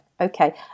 Okay